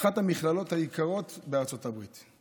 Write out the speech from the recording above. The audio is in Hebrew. אחת המכללות היקרות בארצות הברית.